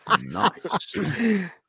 Nice